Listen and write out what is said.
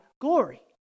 glory